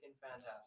fantastic